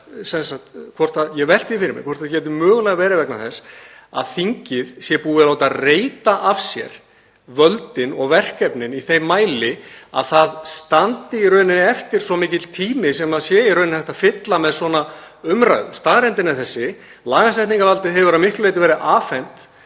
er sú að ég velti fyrir mér hvort það geti mögulega verið vegna þess að þingið sé búið að reyta af sér völdin og verkefnin í þeim mæli að það standi í rauninni eftir svo mikill tími sem hægt er að fylla með svona umræðu. Staðreyndin er þessi: Lagasetningarvaldið hefur að miklu leyti verið afhent